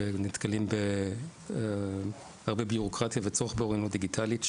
שנתקלים בהרבה בירוקרטיה וצורך באוריינות דיגיטלית,